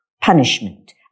punishment